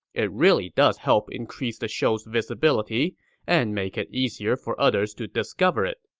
it really does help increase the show's visibility and make it easier for others to discover it.